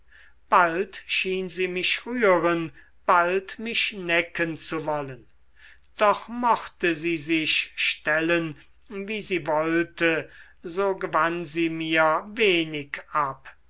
bald schien sie mich rühren bald mich necken zu wollen doch mochte sie sich stellen wie sie wollte so gewann sie mir wenig ab